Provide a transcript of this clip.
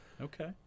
Okay